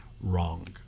wrong